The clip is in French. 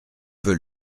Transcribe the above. peut